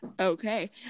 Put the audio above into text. Okay